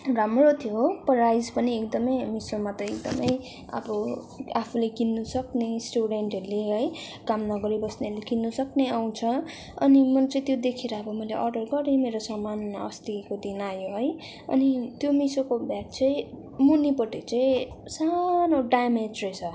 राम्रो थियो प्राइस पनि एकदमै मिसोमा त एकदमै अब आफूले किन्नुसक्ने स्टुडेन्टहरूले है काम नगरी बस्नेहरूले किन्न सक्ने आउँछ अनि मैले चाहिँ त्यो देखेर अब मैले अर्डर गरेँ मेरो सामान अस्तिको दिन आयो है अनि त्यो मिसोको ब्याग चाहिँ मुनिपटि चाहिँ सानो ड्यामेज रहेछ